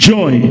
Joy